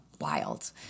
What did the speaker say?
wild